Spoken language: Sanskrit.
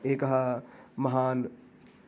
एकः महान्